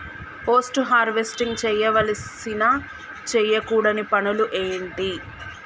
Post harvesting చేయవలసిన చేయకూడని పనులు ఏంటి?